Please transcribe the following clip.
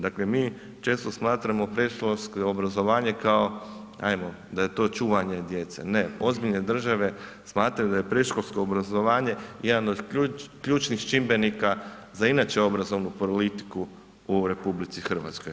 Dakle, mi često smatramo predškolsko obrazovanje, ajmo da je to čuvanje djece, ne, ozbiljne države smatraju da je predškolsko obrazovanje jedan od ključnih čimbenika za inače obrazovnu politiku u RH.